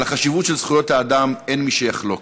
על החשיבות של זכויות האדם אין מי שיחלוק,